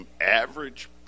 average